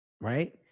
Right